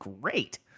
great